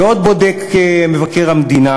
ועוד בודק מבקר המדינה